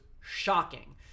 shocking